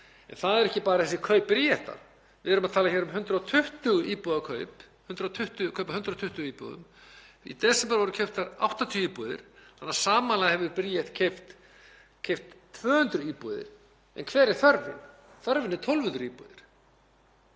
En það eru ekki bara þessi kaup Bríetar, við erum að tala um kaup á 120 íbúðum. Í desember voru keyptar 80 íbúðir þannig að samanlagt hefur Bríet keypt 200 íbúðir. En hver er þörfin? Þörfin er 1.200 íbúðir.